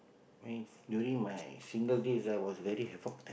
and during my single days ah I was very havoc